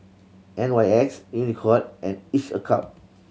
N Y X Unicurd and Each a Cup